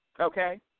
Okay